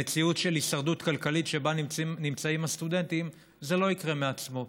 במציאות של הישרדות כלכלית שבה נמצאים הסטודנטים זה לא יקרה מעצמו.